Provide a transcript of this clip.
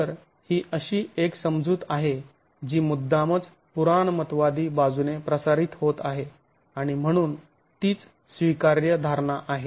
तर ही अशी एक समजूत आहे जी मुद्दामच पुराणमतवादी बाजूने प्रसारीत होत आहे आणि म्हणून तीच स्वीकार्य धारणा आहे